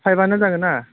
five आनो जागोनना